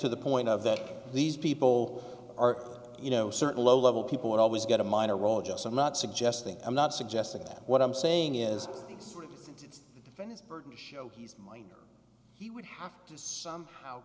to the point of that these people are you know certain low level people would always get a minor role just i'm not suggesting i'm not suggesting that what i'm saying is the sort of it's been his burden to show he's mine or he would have to somehow